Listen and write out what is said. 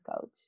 coach